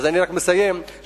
אז אני רק מסיים ואומר,